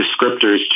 descriptors